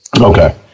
okay